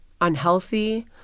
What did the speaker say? unhealthy